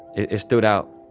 it stood out.